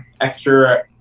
extra